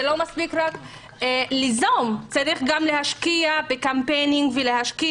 זה שלא מספיק רק ליזום אלא צריך גם להשקיע בקמפיינים ולהשקיע